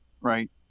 right